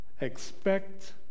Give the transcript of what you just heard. expect